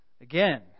Again